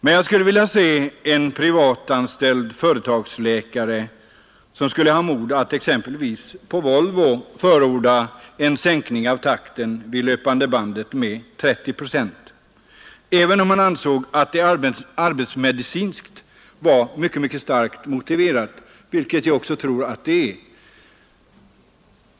Men jag skulle vilja se den privatanställde företagsläkare som skulle ha mod att exempelvis på Volvo förorda att man sänker takten vid löpande bandet med 30 procent även om han ansåg att det arbetsmedicinskt var mycket starkt motiverat, vilket jag också tror att det är.